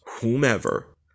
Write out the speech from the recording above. whomever